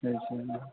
अच्छा